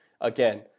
again